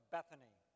Bethany